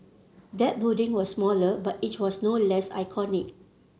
that building was smaller but it was no less iconic